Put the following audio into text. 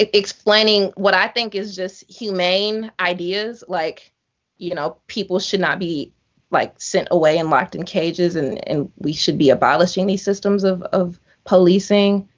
explaining what i think is just humane ideas. like you know people should not be like sent away and locked in cages, and and we should be abolishing these systems of of policing.